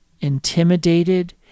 intimidated